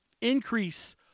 increase